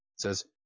says